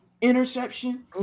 interception